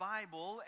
Bible